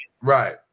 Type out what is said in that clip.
Right